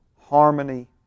harmony